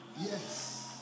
Yes